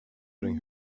bring